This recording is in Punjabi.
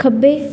ਖੱਬੇ